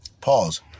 Pause